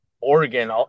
Oregon